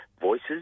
voices